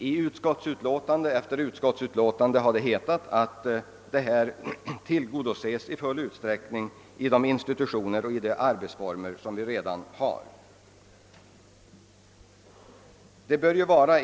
I utskottsutlåtande efter utskottsutlåtande har det sagts, att önskemålen tillgodoses i full utsträckning genom de institutioner och arbetsformer som redan finns.